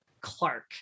Clark